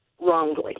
wrongly